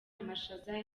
amashaza